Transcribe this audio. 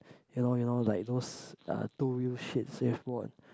you know you know like those uh two use